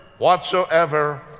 Whatsoever